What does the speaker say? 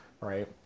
right